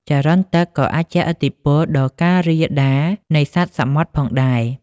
ចរន្តទឹកក៏អាចជះឥទ្ធិពលដល់ការរាលដាលនៃសត្វសមុទ្រផងដែរ។